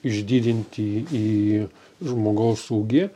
išdidinti į žmogaus ūgį